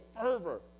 fervor